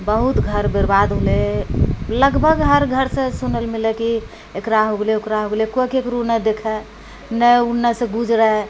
बहुत घर बर्बाद होलै लगभग हर घरसँ सुनैलए मिलै कि एकरा हो गेलै ओकरा हो गेलै कोइ ककरो देखै नहि गेलै नहि ओन्नेसँ गुजरै